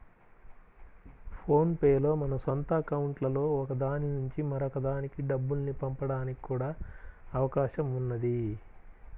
phone pay లో మన సొంత అకౌంట్లలో ఒక దాని నుంచి మరొక దానికి డబ్బుల్ని పంపడానికి కూడా అవకాశం ఉన్నది